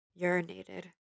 urinated